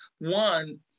one